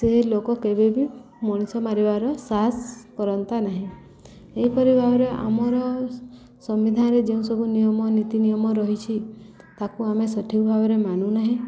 ସେ ଲୋକ କେବେ ବିି ମଣିଷ ମାରିବାର ସାହାସ କରନ୍ତା ନାହିଁ ଏହିପରି ଭାବରେ ଆମର ସମ୍ବିଧାନରେ ଯେଉଁ ସବୁ ନିୟମ ନୀତି ନିିୟମ ରହିଛି ତାକୁ ଆମେ ସଠିକ୍ ଭାବରେ ମାନୁନାହିଁ